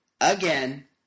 again